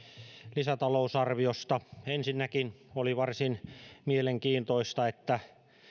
lisätalousarviosta ensinnäkin oli varsin mielenkiintoista että